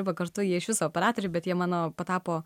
dirba kartu jie iš viso operatoriai bet jie mano patapo